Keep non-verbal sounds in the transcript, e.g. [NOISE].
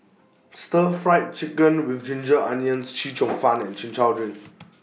Stir Fried Chicken with Ginger Onions Chee Cheong [NOISE] Fun and Chin Chow Drink